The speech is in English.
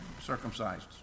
circumcised